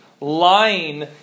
lying